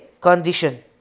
condition